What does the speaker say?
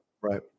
right